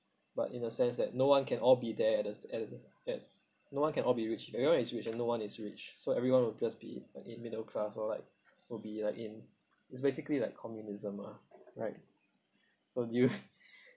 but in a sense that no one can all be there at the at the at no one can all be rich everyone is rich and no one is rich so everyone would just be in middle class or like would be like in it's basically like communism ah right so do you